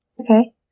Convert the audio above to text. Okay